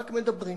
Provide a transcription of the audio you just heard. רק מדברים.